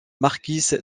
marquis